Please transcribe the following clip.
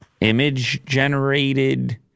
image-generated